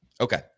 Okay